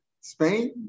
Spain